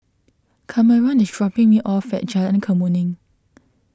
Kameron is dropping me off at Jalan Kemuning